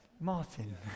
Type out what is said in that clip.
Martin